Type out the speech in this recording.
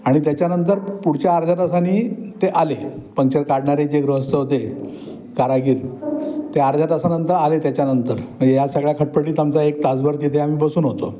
आणि त्याच्यानंतर पुढच्या अर्ध्या तासाने ते आले पंक्चर काढणारे जे गृहस्थ होते कारागीर ते अर्ध्या तासानंतर आले त्याच्यानंतर म्हणजे या सगळ्या खटपटीत आमचा एक तासभर तिथे आम्ही बसून होतो